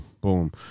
Boom